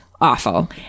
awful